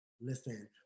listen